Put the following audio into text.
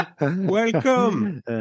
Welcome